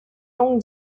longue